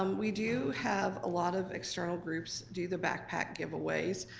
um we do have a lot of external groups do the backpack giveaways.